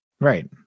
Right